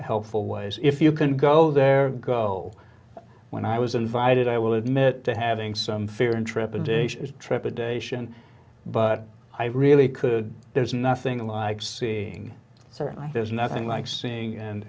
helpful ways if you can go there go when i was invited i will admit to having some fear and trepidation trepidation but i really could there's nothing like seeing certainly there's nothing like seeing and